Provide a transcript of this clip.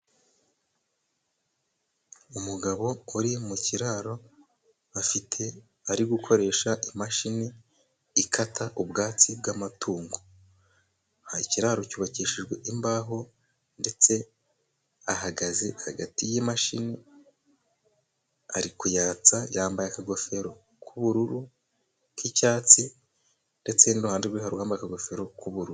Umugabo uri mu kiraro bafite. Ari gukoresha imashini ikata ubwatsi bw'amatungo, ikiraro cyubakishijwe imbaho, ndetse ahagaze hagati y'imashini, ari kuyatsa yambaye akagofero k'ubururu, k'icyatsi ndetse n'iruhande rwe uwambaye akagofero k'ubururu.